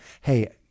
Hey